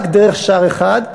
רק דרך שער אחד,